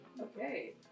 Okay